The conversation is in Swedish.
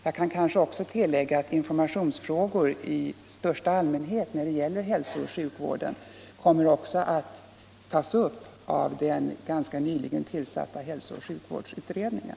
Jag kan tillägga att informationsfrågor i största allmänhet när det gäller hälsooch sjukvården också kommer att tas upp av den ganska nyligen tillsatta hälsooch sjukvårdsutredningen.